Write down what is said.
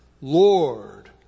Lord